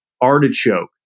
artichoke